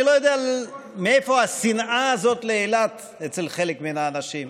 אני לא יודע מאיפה השנאה הזאת לאילת אצל חלק מן האנשים,